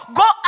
go